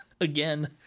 again